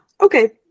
okay